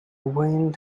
wind